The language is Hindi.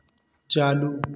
चालू